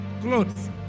clothes